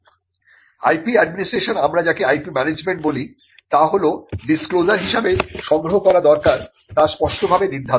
IP administration আমরা যাকে IP management বলি তা হল ডিসক্লোজার কিভাবে সংগ্রহ করা দরকার তা স্পষ্টভাবে নির্ধারণ